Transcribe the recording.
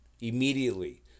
immediately